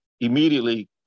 immediately